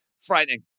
Frightening